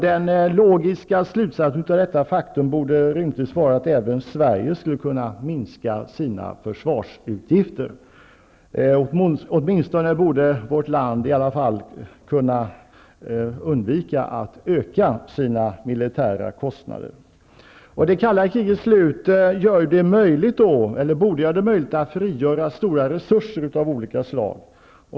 Den logiska slutsatsen av detta faktum borde rimligtvis vara att även Sverige skulle kunna minska sina försvarsutgifter. Åtminstone borde vårt land kunna undvika att öka sina militära kostnader. Det kalla krigets slut borde göra det möjligt att frigöra stora resurser av olika slag.